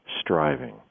striving